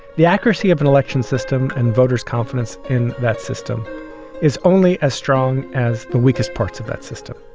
the accuracy of an election system and voters confidence in that system is only as strong as the weakest parts of that system.